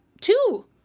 two